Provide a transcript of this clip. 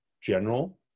general